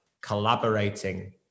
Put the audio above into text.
collaborating